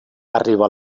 arriba